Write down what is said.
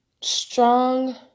strong